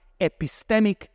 epistemic